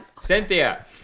Cynthia